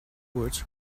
words